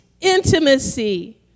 intimacy